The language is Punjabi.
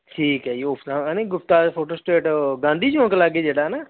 ਠੀਕ ਹੈ ਜੀ ਹੈ ਨਹੀਂ ਗੁਪਤਾ ਫੋਟੋ ਸਟੇਟ ਗਾਂਧੀ ਚੌਂਕ ਲਾਗੇ ਜਿਹੜਾ ਹੈ ਨਾ